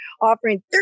offering